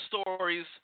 stories